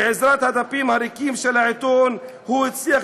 בעזרת הדפים הריקים של העיתון הוא הצליח